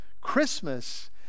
christmas